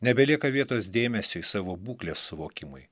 nebelieka vietos dėmesiui savo būklės suvokimui